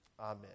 Amen